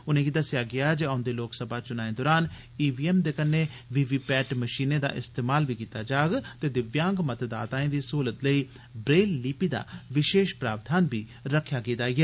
उन्ने' गी दस्सेआ गेआ जे औंदे लोकसभा चूनाएं दौरान ई वी एम दे कन्नै वीवीपैट मशीनें दा इस्तेमाल कीता जाग ते दिव्यांग मतदाताएं दी स्हलत लेई ब्रेल लिपि दा विशेष प्रावधान बी रक्खेआ गेदा ऐ